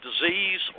disease